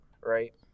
right